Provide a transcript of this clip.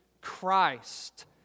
Christ